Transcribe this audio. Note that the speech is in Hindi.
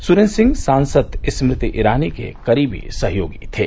सुरेन्द्र सिंह सांसद स्मृति ईरानी के करीबी सहयोगी थे